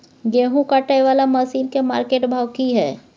गेहूं काटय वाला मसीन के मार्केट भाव की हय?